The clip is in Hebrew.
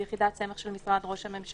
שהיא יחידת סמך של משרד ראש הממשלה,